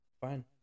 Fine